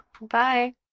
Bye